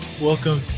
Welcome